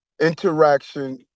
interaction